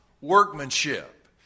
workmanship